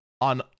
on